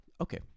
okay